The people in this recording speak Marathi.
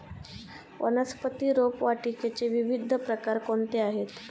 वनस्पती रोपवाटिकेचे विविध प्रकार कोणते आहेत?